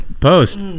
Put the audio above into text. Post